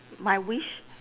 my wish